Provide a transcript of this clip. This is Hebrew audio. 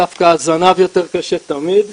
דווקא הזנב יותר קשה תמיד,